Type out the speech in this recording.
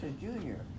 junior